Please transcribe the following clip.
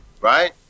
Right